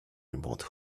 remote